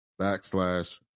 backslash